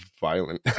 violent